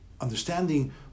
understanding